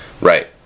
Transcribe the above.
Right